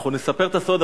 אנחנו נספר את הסוד,